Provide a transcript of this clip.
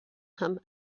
him